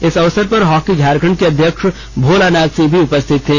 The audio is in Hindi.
इस अवसर पर हॉकी झारखंड के अध्यक्ष भोलानाथ सिंह भी उपस्थित थे